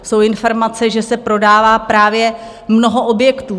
Jsou informace, že se prodává právě mnoho objektů.